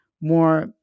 more